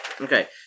Okay